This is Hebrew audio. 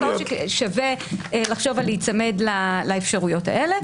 שווה לחשוב להיצמד לאפשרויות האלה.